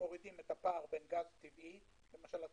שמורידים את הפער בין גז טבעי למשל,